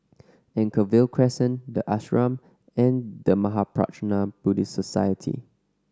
Anchorvale Crescent The Ashram and The Mahaprajna Buddhist Society